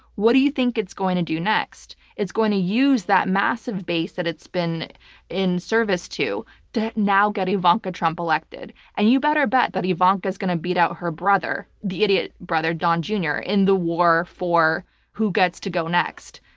what do you think it's going to do next? it's going to use that massive base that it's been in service to to now get ivanka trump elected. and you better bet that is going to beat out her brother, the idiot brother, don jr, in the war for who gets to go next.